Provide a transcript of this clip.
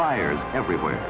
fires everywhere